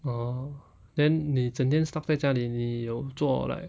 orh then 你整天 stuck 在家里你有做 like